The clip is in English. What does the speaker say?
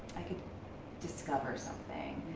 i could discover something.